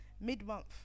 mid-month